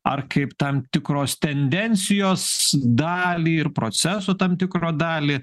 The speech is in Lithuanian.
ar kaip tam tikros tendencijos dalį ir proceso tam tikro dalį